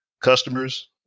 Customers